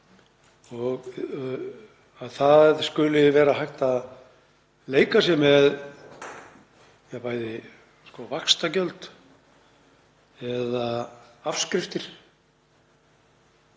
Að það skuli vera hægt að leika sér með bæði vaxtagjöld og afskriftir